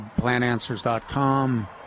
plantanswers.com